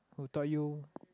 who taught you